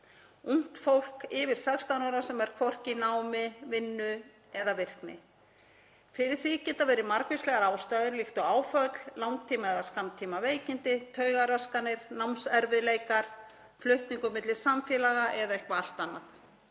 ungt fólk yfir 16 ára sem er hvorki í námi, vinnu eða virkni. Fyrir því geta verið margvíslegar ástæður líkt og áföll, langtíma- eða skammtímaveikindi, taugaraskanir, námserfiðleikar, flutningur milli samfélaga eða eitthvað allt annað.